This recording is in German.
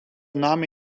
name